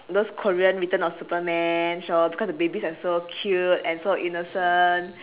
those korean return of superman show because the babies are so cute and so innocent